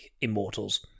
immortals